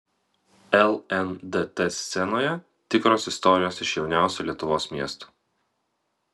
lndt scenoje tikros istorijos iš jauniausio lietuvos miesto